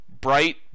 bright